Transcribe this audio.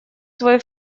свой